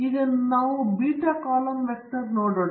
ಈಗ ನಾವು beta column vector ನೋಡೋಣ